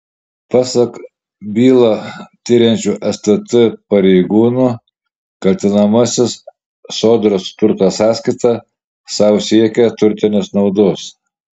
pasak bylą tiriančių stt pareigūnų kaltinamasis sodros turto sąskaita sau siekė turtinės naudos